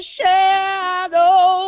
shadow